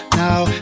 now